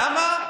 אופיר, למה?